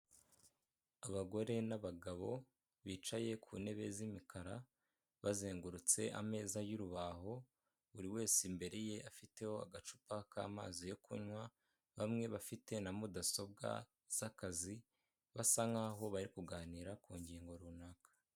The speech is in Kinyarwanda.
Abagore n'abagabo bicaye ku ntebe z'imikara, bazengurutse ameza y'urubaho, buri wese imbere ye afiteho agacupa k'amazi yo kunywa, bamwe bafite na mudasobwa z'akazi, basa nkaho bari kuganira ku ngingo runaka.